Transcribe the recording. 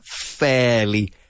fairly